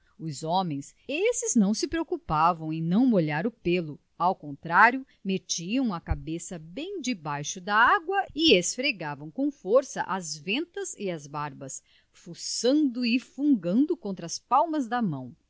os homens esses não se preocupavam em não molhar o pêlo ao contrário metiam a cabeça bem debaixo da água e esfregavam com força as ventas e as barbas fossando e fungando contra as palmas da mão